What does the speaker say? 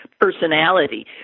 personality